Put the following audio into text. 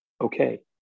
okay